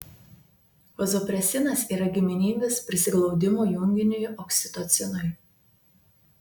vazopresinas yra giminingas prisiglaudimo junginiui oksitocinui